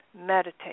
Meditate